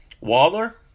Waller